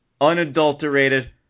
unadulterated